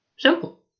Simple